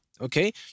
okay